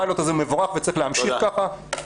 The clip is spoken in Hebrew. הפיילוט הזה מבורך וצריך להמשיך ככה.